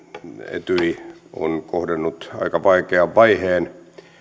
etyj on kohdannut aika vaikean vaiheen